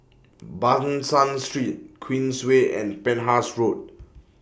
Ban San Street Queensway and Penhas Road